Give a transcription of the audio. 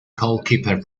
goalkeeper